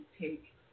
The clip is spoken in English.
take